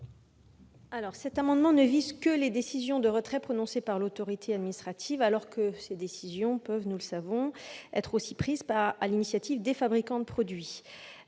? Cet amendement ne vise que les décisions de retrait prononcées par l'autorité administrative, alors que ces décisions peuvent, nous le savons, être aussi prises par les fabricants de produits